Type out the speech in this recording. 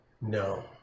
No